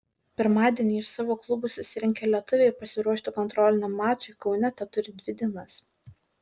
pirmadienį iš savo klubų susirinkę lietuviai pasiruošti kontroliniam mačui kaune teturi dvi dienas